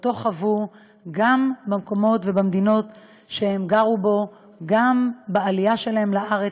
שאותו חוו גם במקומות ובמדינות שהם גרו בהן וגם בעלייה שלהם לארץ,